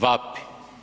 Vapi.